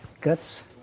guts